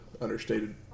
understated